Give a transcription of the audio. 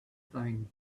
thing